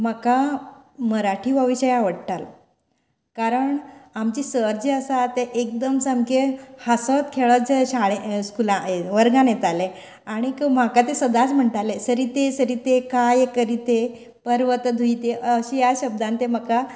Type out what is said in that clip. म्हाका मराठी हो विशय आवडटा कारण आमचे सर जे आसात ते एकदम सामके हांसत खेळत जे शाळेन स्कुलान वर्गांत येताले आनीक म्हाका ते सदांच म्हणताले सरीते सरीते काय करी पर्वत दुईते अशे ह्या शब्दान ते म्हाका